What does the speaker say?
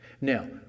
Now